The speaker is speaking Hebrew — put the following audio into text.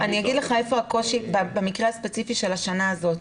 אגיד לך איפה הקושי במקרה הספציפי של השנה הזאת.